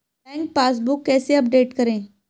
Bank passbook कैसे update करें?